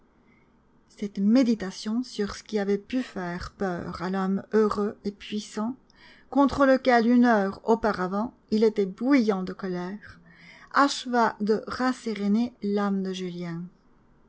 cette méditation sur ce qui avait pu faire peur à l'homme heureux et puissant contre lequel une heure auparavant il était bouillant de colère acheva de rasséréner l'âme de julien